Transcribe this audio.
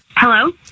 hello